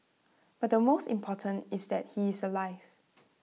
but the most important is that he is alive